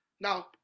Now